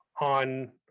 on